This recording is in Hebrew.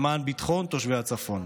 למען ביטחון תושבי הצפון.